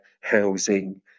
housing